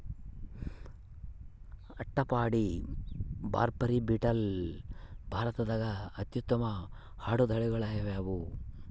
ಅಟ್ಟಪಾಡಿ, ಬಾರ್ಬರಿ, ಬೀಟಲ್ ಭಾರತದಾಗ ಅತ್ಯುತ್ತಮ ಆಡು ತಳಿಗಳಾಗ್ಯಾವ